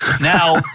Now